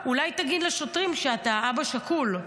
אולי תגיד לשוטרים שאתה אבא שכול,